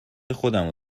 خودمو